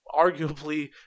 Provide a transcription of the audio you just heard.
arguably